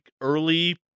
early